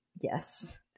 Yes